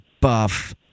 buff